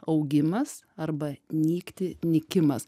augimas arba nykti nykimas